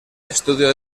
estudio